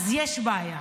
אז יש בעיה,